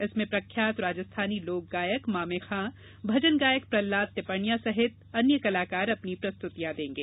इसमें प्रख्यात राजस्थानी लोक गायक मामे खां भजन गायक प्रहलाद टिपाण्या सहित अन्य कलाकार अपनी प्रस्तुतियां देंगे